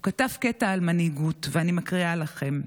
הוא כתב קטע על מנהיגות, ואני מקריאה לכם: